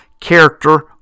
character